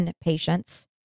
patients